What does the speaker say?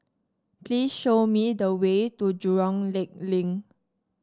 please show me the way to Jurong Lake Link